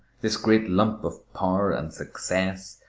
this great lump of power and success,